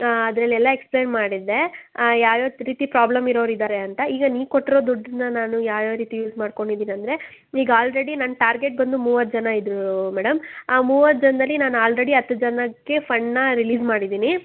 ಅದರಲ್ಲೆಲ್ಲ ಎಕ್ಸ್ಪ್ಲೇನ್ ಮಾಡಿದ್ದೆ ಯಾವ್ಯಾವ ರೀತಿ ಪ್ರಾಬ್ಲಮ್ ಇರೋರು ಇದಾರೆ ಅಂತ ಈಗ ನೀವು ಕೊಟ್ಟಿರೊ ದುಡ್ಡನ್ನು ನಾನು ಯಾವ್ಯಾವ ರೀತಿ ಯೂಸ್ ಮಾಡ್ಕೊಂಡಿದೀನಿ ಅಂದರೆ ಈಗ ಆಲ್ರೆಡಿ ನನ್ನ ಟಾರ್ಗೆಟ್ ಬಂದು ಮೂವತ್ತು ಜನ ಇದೂ ಮೇಡಮ್ ಆ ಮೂವತ್ತು ಜನದಲ್ಲಿ ನಾನು ಆಲ್ರೆಡಿ ಹತ್ತು ಜನಕ್ಕೆ ಫಂಡನ್ನ ರಿಲೀಸ್ ಮಾಡಿದೀನಿ